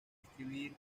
escribir